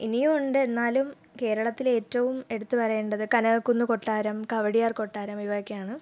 ഇനിയും ഉണ്ട് എന്നാലും കേരളത്തിലെ ഏറ്റവും എടുത്തു പറയേണ്ടത് കനകക്കുന്ന് കൊട്ടാരം കവടിയാർ കൊട്ടാരം ഇവയൊക്കെയാണ്